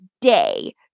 day